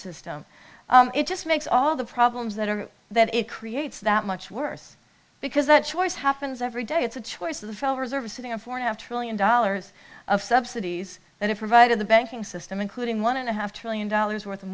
system it just makes all the problems that are that it creates that much worse because that choice happens every day it's a choice of the fellow reserves sitting in for a half trillion dollars of subsidies that it provided the banking system including one and a half trillion dollars worth of